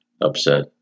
upset